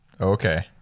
Okay